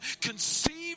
conceived